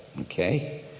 Okay